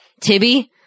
Tibby